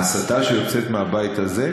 ההסתה שיוצאת מהבית הזה?